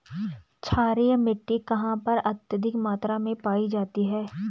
क्षारीय मिट्टी कहां पर अत्यधिक मात्रा में पाई जाती है?